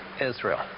Israel